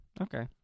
okay